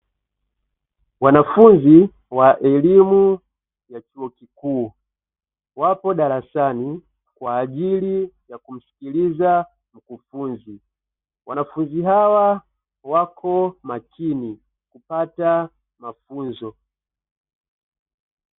Wanafunzi wa elimu ya chuo kikuu, wapo darasani kwa ajili ya kumsikiliza mkufunzi, wanafunzi hawa wako makini kupata mafunzo.